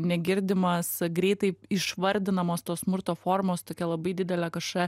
negirdimas greitai išvardinamos tos smurto formos tokia labai didelė kažkokia